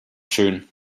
schön